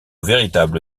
véritable